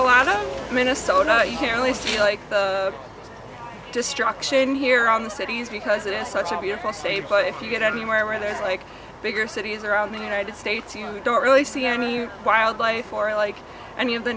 a lot of minnesota not you can only see like the destruction here on the cities because it is such a beautiful say but if you get anywhere where there's like bigger cities around the united states you don't really see any wildlife or i like any of the